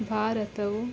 ಭಾರತವು